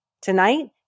tonight